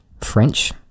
French